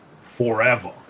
forever